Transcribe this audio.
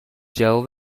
جواب